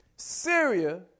Syria